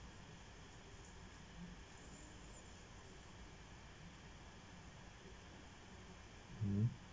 mm